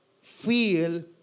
feel